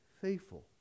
faithful